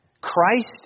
Christ